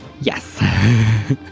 Yes